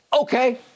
okay